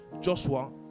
Joshua